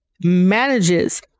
manages